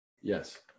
yes